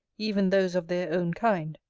even those of their own kind,